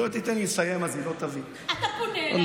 להפך, באים